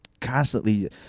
constantly